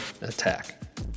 attack